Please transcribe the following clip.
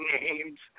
names